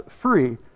free